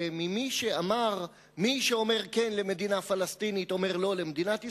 וממי שאמר: מי שאומר "כן" למדינה פלסטינית אומר "לא" למדינת ישראל,